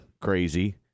crazy